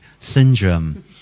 syndrome